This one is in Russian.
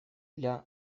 для